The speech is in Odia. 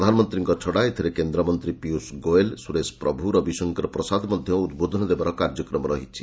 ପ୍ରଧାନମନ୍ତ୍ରୀଙ୍କ ଛଡ଼ା ଏଥିରେ କେନ୍ଦ୍ରମନ୍ତ୍ରୀ ପୀୟୁଷ ଗୋୟଲ୍ ସୁରେଶ ପ୍ରଭୁ ରବିଶଙ୍କର ପ୍ରସାଦ ମଧ୍ୟ ଉଦ୍ବୋଧନ ଦେବାର କାର୍ଯ୍ୟକ୍ରମ ରହିଛି